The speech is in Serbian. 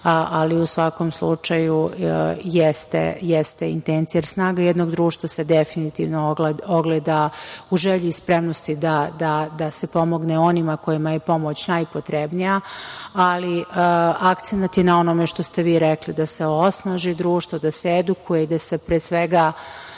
ali u svakom slučaju jeste intencija. Snaga jednog društva se definitivno ogleda u želji i spremnosti da se pomogne onima kojima je pomoć najpotrebnija, a akcenat je na onome što ste vi rekli, da se osnaži društvo, da se edukuje, da se pre svega